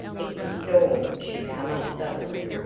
if the storm should come up suddenly.